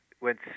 went